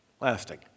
Lasting